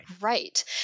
Right